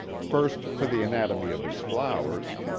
first for the anatomy of his flowers,